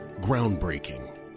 Groundbreaking